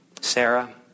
Sarah